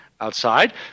outside